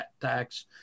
tax